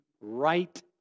right